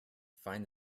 find